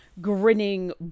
grinning